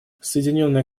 соединенное